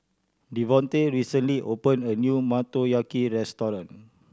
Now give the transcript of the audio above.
Davonte recently opened a new Motoyaki Restaurant